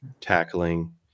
tackling